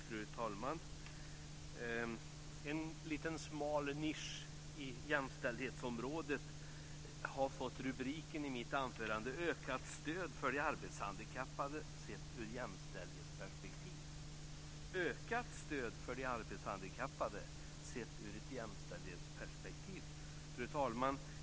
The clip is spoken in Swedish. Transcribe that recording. Fru talman! En liten smal nisch i jämställdhetsområdet har i mitt anförande fått rubriken Ökat stöd för de arbetshandikappade, sett ur ett jämställdhetsperspektiv. Fru talman!